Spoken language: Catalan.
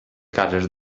cases